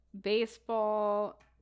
Baseball